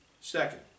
Second